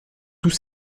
tous